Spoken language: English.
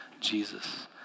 Jesus